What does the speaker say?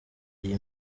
iyi